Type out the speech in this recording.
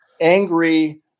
angry